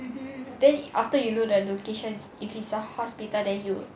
mmhmm then after you know the locations if it's a hospital then you